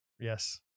Yes